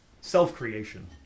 self-creation